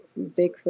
Bigfoot